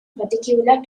particular